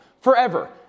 forever –